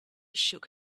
shook